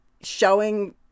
showing